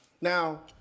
Now